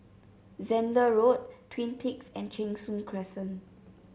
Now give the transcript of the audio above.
Zehnder Road Twin Peaks and Cheng Soon Crescent